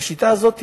והשיטה הזאת,